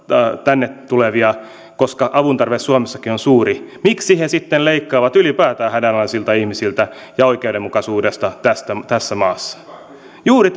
tänne tulevia sillä että avun tarve suomessakin on suuri miksi he sitten leikkaavat ylipäätään hädänalaisilta ihmisiltä ja oikeudenmukaisuudesta tässä maassa juuri